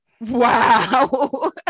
Wow